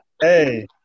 Hey